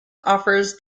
offers